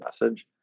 message